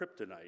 kryptonite